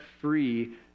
free